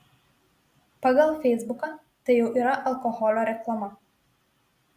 pagal feisbuką tai jau yra alkoholio reklama